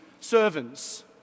servants